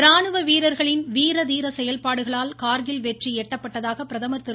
ராணுவ வீரர்களின் வீர தீர செயல்பாடுகளால் கார்கில் வெற்றி எட்டப்பட்டதாக பிரதமர் திரு